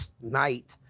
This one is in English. night